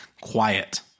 quiet